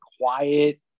quiet